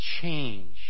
change